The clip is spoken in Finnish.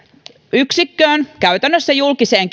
yksikköön käytännössä julkiseen